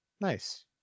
nice